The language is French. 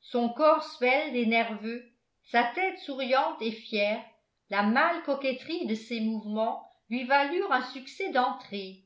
son corps svelte et nerveux sa tête souriante et fière la mâle coquetterie de ses mouvements lui valurent un succès d'entrée